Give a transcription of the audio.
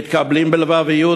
ומתקבלים בלבביות,